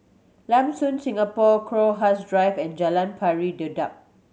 Lam Soon Singapore Crowhurst Drive and Jalan Pari Dedap